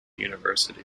university